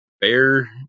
bear